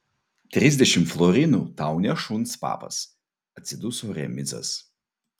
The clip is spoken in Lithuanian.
trisdešimt florinų tau ne šuns papas atsiduso remizas